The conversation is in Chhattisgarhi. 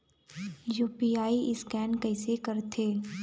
यू.पी.आई स्कैन कइसे करथे?